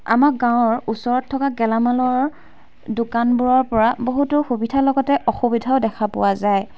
আমাৰ গাঁৱৰ ওচৰত থকা গেলামালৰ দোকানবোৰৰ পৰা বহুতো সুবিধা লগতে অসুবিধাও দেখা পোৱা যায়